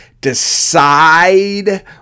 decide